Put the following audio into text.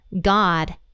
God